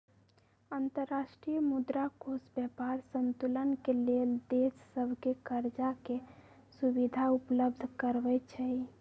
अंतर्राष्ट्रीय मुद्रा कोष व्यापार संतुलन के लेल देश सभके करजाके सुभिधा उपलब्ध करबै छइ